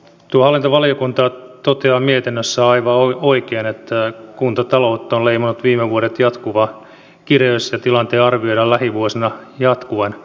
tuo hallintovaliokunta toteaa mietinnössä aivan oikein että kuntataloutta on leimannut viime vuodet jatkuva kireys ja tilanteen arvioidaan lähivuosina jatkuvan